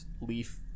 leaf